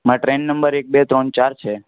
મારા train number એક બે ત્રણ ચાર છે